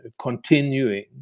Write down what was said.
Continuing